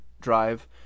drive